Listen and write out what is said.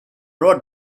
road